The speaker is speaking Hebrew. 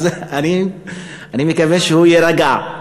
אז אני מקווה שהוא יירגע.